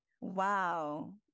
Wow